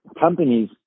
companies